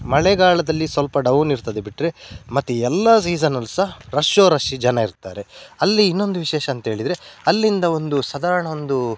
ಮಳೆಗಾಲದಲ್ಲಿ ಸ್ವಲ್ಪ ಡೌನ್ ಇರ್ತದೆ ಬಿಟ್ಟರೆ ಮತ್ತೆ ಎಲ್ಲ ಸೀಸನಲ್ಲೂ ಸಹ ರಶ್ಶೋ ರಶ್ಶು ಜನ ಇರ್ತಾರೆ ಅಲ್ಲಿ ಇನ್ನೊಂದು ವಿಶೇಷ ಅಂತೇಳಿದರೆ ಅಲ್ಲಿಂದ ಒಂದು ಸಾಧಾರಣ ಒಂದು